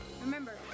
Remember